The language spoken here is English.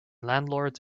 landlords